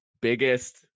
biggest